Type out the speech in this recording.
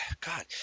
God